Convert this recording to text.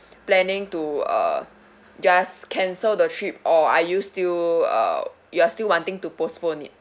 planning to uh just cancel the trip or are you still uh you're still wanting to postpone it